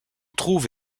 trouve